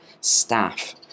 staff